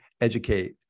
educate